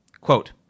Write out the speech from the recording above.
Quote